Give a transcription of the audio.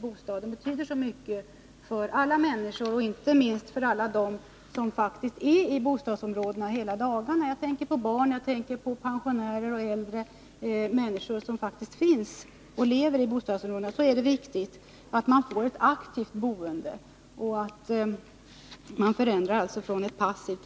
Bostaden betyder så mycket för alla människor, inte minst för alla dem som vistas i bostadsområdena hela dagarna — jag tänker på barn, pensionärer och äldre människor. För dem är det viktigt att man får till stånd ett aktivt boende i stället för ett passivt.